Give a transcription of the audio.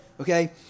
okay